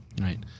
right